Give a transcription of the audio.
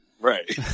Right